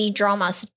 dramas